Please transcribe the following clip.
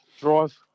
drive